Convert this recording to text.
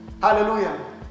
Hallelujah